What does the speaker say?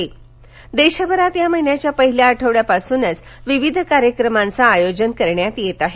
तर देशभरात या महिन्याच्या पहिल्या आठवडयापासूनच विविध कार्यक्रमांचे आयोजन करण्यात येत आहे